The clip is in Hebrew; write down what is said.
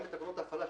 גם לתקנות ההפעלה,